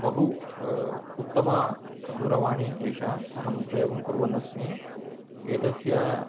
बहु उत्तमा दूरवाणी एषा अहम् उपयोगं कुर्वन् अस्मि एतस्य